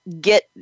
get